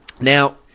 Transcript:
now